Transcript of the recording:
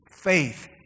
faith